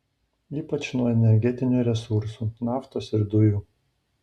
ypač nuo energetinių resursų naftos ir dujų